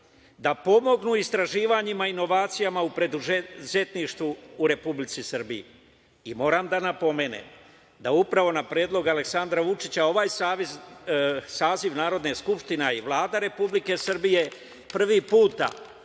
da pomognu u istraživanjima i inovacijama u preduzetništvu u Republici Srbiji. Moram da napomenem da upravo na predlog Aleksandra Vučića ovaj saziv Narodne skupštine i Vlada Republike Srbije prvi put